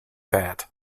that